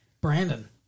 Brandon